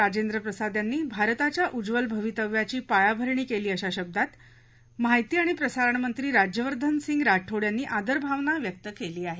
राजेंद्रप्रसाद यांनी भारताच्या उज्ज्वल भवितव्याची पायाभरणी केली अशा शब्दात माहिती आणि प्रसारण मंत्री राज्यवर्धन राठोड यांनी आदरभावना व्यक्त केल्या आहेत